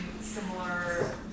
similar